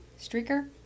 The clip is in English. Streaker